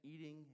eating